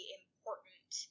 important